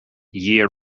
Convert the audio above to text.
year